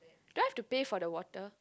try to pay for the water